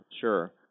sure